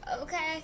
Okay